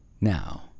Now